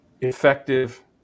effective